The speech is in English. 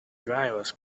drivers